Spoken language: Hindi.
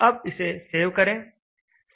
अब इसे सेव करें